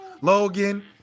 Logan